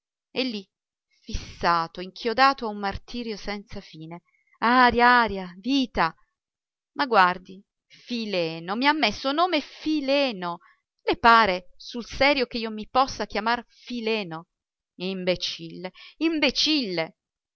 lì fissato inchiodato a un martirio senza fine aria aria vita ma guardi fileno mi ha messo nome fileno le pare sul serio che io mi possa chiamar fileno imbecille imbecille